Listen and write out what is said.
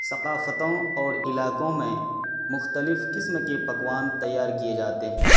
ثقافتوں اور علاقوں میں مختلف قسم کے پکوان تیار کیے جاتے ہیں